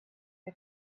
for